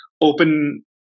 open